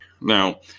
Now